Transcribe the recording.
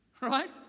right